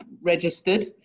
registered